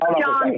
John